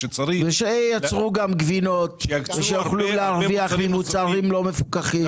שייצרו גם גבינות ושיוכלו להרוויח ממוצרים לא מפוקחים.